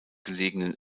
gelegenen